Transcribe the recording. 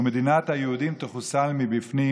ומדינת היהודים תחוסל מבפנים.